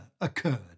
occurred